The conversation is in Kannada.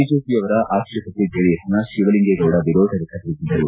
ಬಿಜೆಪಿಯವರ ಆಕ್ಷೇಪಕ್ಕೆ ಜೆಡಿಎಸ್ನ ಶಿವಲಿಂಗೇಗೌಡ ವಿರೋಧ ವ್ಯಕ್ತ ಪಡಿಸಿದರು